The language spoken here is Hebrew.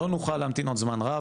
לא נוכל עוד להמתין זמן רב,